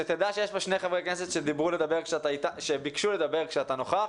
יש שני חברי כנסת שביקשו לדבר כשהשר נוכח,